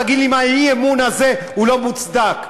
תגיד לי, האי-אמון הזה לא מוצדק?